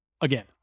Again